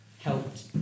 helped